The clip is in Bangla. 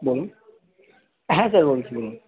বলুন হ্যাঁ স্যার বলছি বলুন